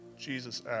Jesus